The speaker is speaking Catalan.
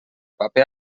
paper